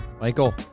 Michael